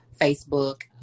Facebook